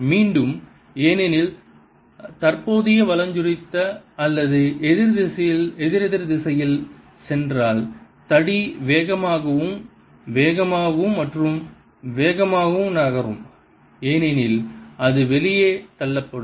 மீண்டும் ஏனெனில் தற்போதைய வலஞ்சுழித்த அல்லது எதிரெதிர் திசையில் சென்றால் தடி வேகமாகவும் வேகமாகவும் மற்றும் வேகமாகவும் நகரும் ஏனெனில் அது வெளியே தள்ளப்படும்